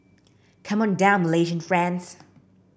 come on down Malaysian friends